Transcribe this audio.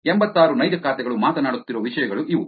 ಎಂಬತ್ತಾರು ನೈಜ ಖಾತೆಗಳು ಮಾತನಾಡುತ್ತಿರುವ ವಿಷಯಗಳು ಇವು